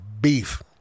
beef